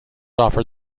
offered